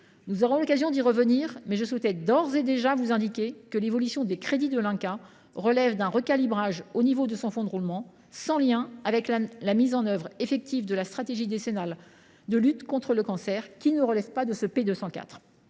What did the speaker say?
Nous aurons l’occasion d’en débattre, mais je souhaite d’ores et déjà vous indiquer que l’évolution des crédits de l’INCa s’explique par un recalibrage de son fonds de roulement sans lien avec la mise en œuvre effective de la stratégie décennale de lutte contre le cancer, qui ne relève pas du